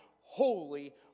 Holy